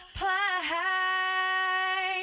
play